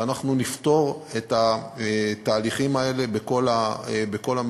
ואנחנו נפתור את כל התהליכים האלה בכל המקומות,